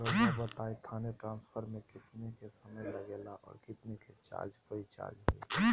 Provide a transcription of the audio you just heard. रहुआ बताएं थाने ट्रांसफर में कितना के समय लेगेला और कितना के चार्ज कोई चार्ज होई?